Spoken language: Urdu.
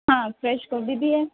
ہاں فریش گوبھی بھی ہے